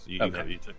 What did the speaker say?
Okay